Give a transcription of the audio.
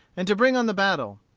and to bring on the battle.